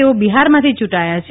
તેઓ બિહારમાંથી ચૂંટાયા છે